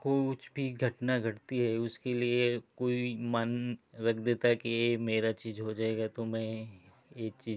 कुछ भी घटना घटती है उसके लिए मान रख देता है कि ये मेरा ये चीज हो जाएगा तो मैं ये चीज